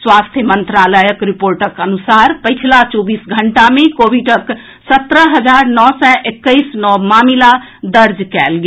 स्वास्थ्य मंत्रालयक रिपोर्टक अनुसार पछिला चौबीस घंटा मे कोविडक सत्रह हजार नओ सय एक्कैस नव मामिला दर्ज कएल गेल